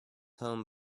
home